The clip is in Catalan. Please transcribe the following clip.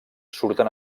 surten